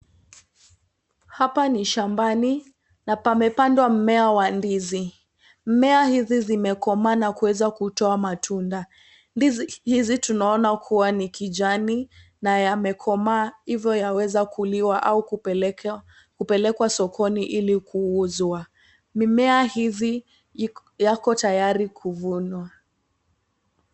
Hapa ni shambani na pamepandwa mmea wa ndizi. Mmea hizi zimekomana kuweza kutoa matunda. Ndizi hizi tunaona kuwa ni kijani na yamekomaa hivyo yaweza kuliwa au kupelekwa sokoni ili kuuzwa. Mimea hizi yako tayari kuvunwa.